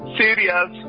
serious